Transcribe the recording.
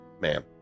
Ma'am